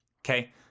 Okay